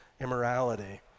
immorality